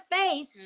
face